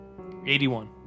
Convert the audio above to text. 81